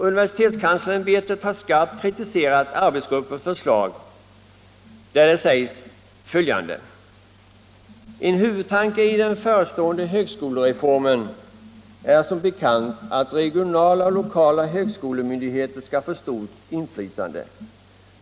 Universitetskanslersämbetet har skarpt kritiserat arbetsgruppens förslag och bl.a. sagt följande: ”En huvudtanke i den förestående högskolereformen är som bekant att regionala och lokala högskolemyndigheter skall få stort inflytande.